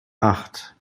acht